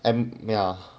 and ya